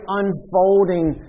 unfolding